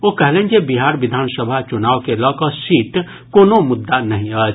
ओ कहलनि जे बिहार विधानसभा चुनाव के लऽ कऽ सीट कोनो मुद्दा नहि अछि